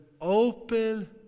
open